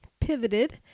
pivoted